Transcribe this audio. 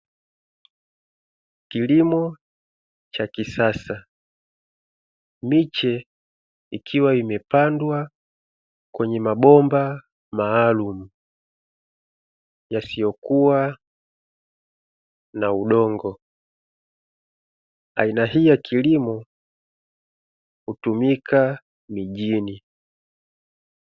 Kilimo cha kisasa, miche ikiwa imepandwa kwenye mabomba maalumu yasiyokuwa na udongo, aina hii ya kilimo hutumika mijini.